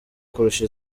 kurusha